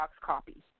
copy